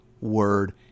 word